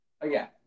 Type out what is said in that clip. again